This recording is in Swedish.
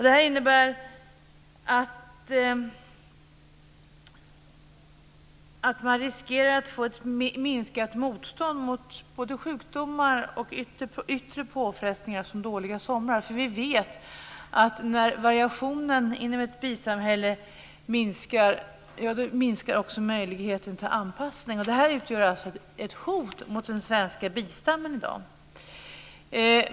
Detta innebär att man riskerar att få ett minskat motstånd mot både sjukdomar och yttre påfrestningar som dåliga somrar, för vi vet att när variationen inom ett bisamhälle minskar, minskar också möjligheten till anpassning. Detta utgör alltså ett hot mot den svenska bistammen i dag.